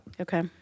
Okay